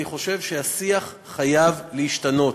אני חושב שהשיח חייב להשתנות.